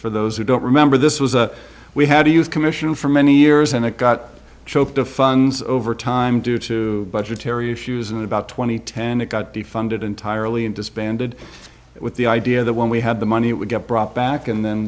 for those who don't remember this was a we had to use commission for many years and it got choked of funds over time due to budgetary issues and about two thousand and ten it got defunded entirely and disbanded with the idea that when we had the money it would get brought back